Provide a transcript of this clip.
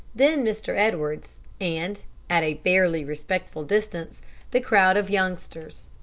then mr. edwards, and at a barely respectful distance the crowd of youngsters.